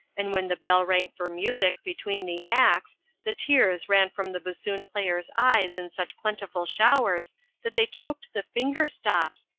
and when the bell rang for music between the acts the tears ran from the bassoon players' eyes in such plentiful showers that they choked the finger stops,